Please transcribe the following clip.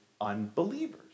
unbelievers